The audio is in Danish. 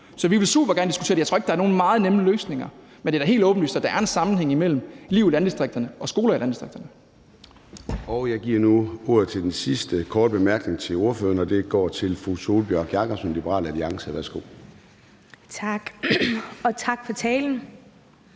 Så vi vil supergerne diskutere det. Jeg tror ikke, der er nogen meget nemme løsninger. Men det er da helt åbenlyst, at der er en sammenhæng imellem liv i landdistrikterne og skoler i landdistrikterne.